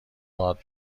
باد